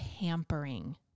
pampering